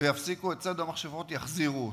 יפסיקו את ציד המכשפות ויחזירו אותם.